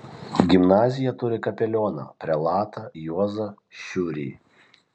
gimnazija turi kapelioną prelatą juozą šiurį